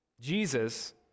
Jesus